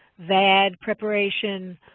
vad, preparation,